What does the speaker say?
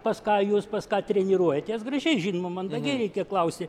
pas ką jūs pas ką treniruojatės gražiai žinoma mandagiai klausi